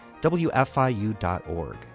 WFIU.org